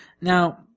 now